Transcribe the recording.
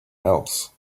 else